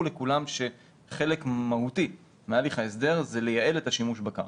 לכולם שחלק מהותי מהליך ההסדר הוא לייעל את השימוש בקרקע.